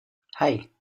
hey